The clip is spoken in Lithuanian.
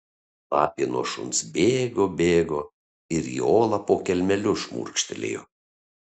lapė nuo šuns bėgo bėgo ir į olą po kelmeliu šmurkštelėjo